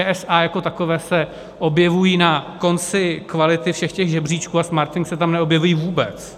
ČSA jako takové se objevují na konci kvality všech těch žebříčků a Smartwings se tam neobjevují vůbec.